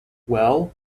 well